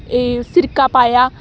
ਇਹ ਸਿਰਕਾ ਪਾਇਆ